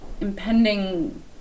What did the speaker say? impending